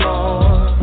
Lord